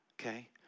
Okay